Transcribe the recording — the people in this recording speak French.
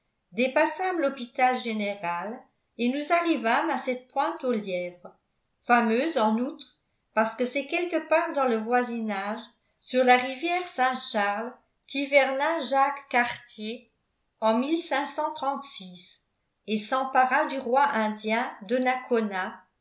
dépassâmes lhôpital général et nous arrivâmes à cette pointe au lièvre fameuse en outre parce que c'est quelque part dans le voisinage sur la rivière saint charles qu'hiverna jacques cartier en et s'empara du roi indien donacona